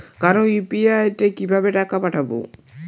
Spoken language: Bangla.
কারো ইউ.পি.আই তে কিভাবে টাকা পাঠাবো?